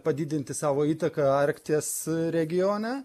padidinti savo įtaką arkties regione